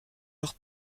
leur